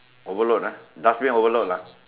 overload ah dustbin overload lah